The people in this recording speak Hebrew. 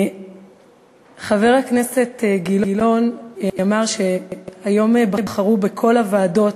חבר הכנסת גילאון אמר שהיום בחרו בכל הוועדות,